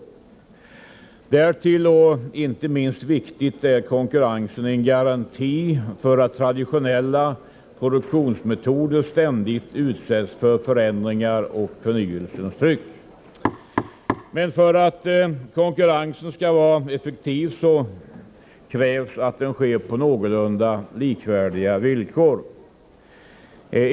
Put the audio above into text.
Därtill, och det är inte minst viktigt, utgör konkurrensen en garanti för att traditionella produktionsmetoder ständigt utsätts för förändringar och förnyelsens tryck. Men för att konkurrensen skall vara effektiv krävs att den sker på någorlunda likvärdiga villkor.